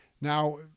Now